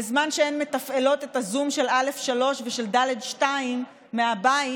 בזמן שהן מתפעלות את הזום של א'3 ושל ד'2 מהבית,